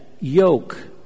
yoke